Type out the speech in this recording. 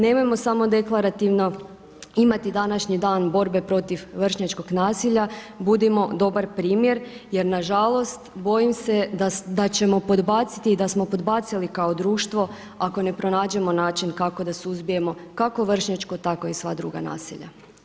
Nemojmo samo deklarativno imati današnji dan borbe protiv vršnjačkog nasilja, budimo dobar primjer jer nažalost, bojim se da ćemo podbaciti i da smo podbacili kao društvo ako ne pronađemo način kako da suzbijemo, kako vršnjačko, tako i sva druga nasilja.